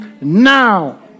now